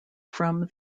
from